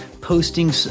posting